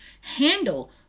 handle